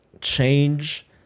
change